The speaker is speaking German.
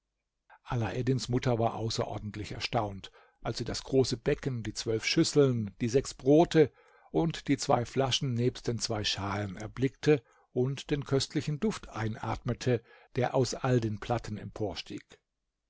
alaeddins mutter war außerordentlich erstaunt als sie das große becken die zwölf schüsseln die sechs brote die zwei flaschen nebst den zwei schalen erblickte und den köstlichen duft einatmete der aus all den platten emporstieg